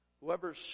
Whoever